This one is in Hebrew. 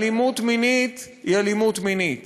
אלימות מינית היא אלימות מינית,